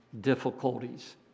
difficulties